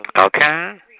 Okay